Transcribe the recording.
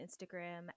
Instagram